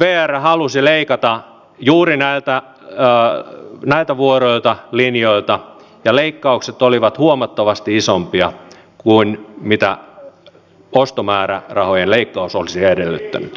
vr halusi leikata juuri näiltä vuoroilta linjoilta ja leikkaukset olivat huomattavasti isompia kuin mitä ostomäärärahojen leikkaus olisi edellyttänyt